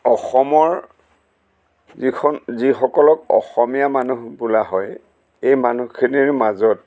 অসমৰ যিখন যিসকলক অসমীয়া মানুহ বোলা হয় এই মানুহখিনিৰ মাজত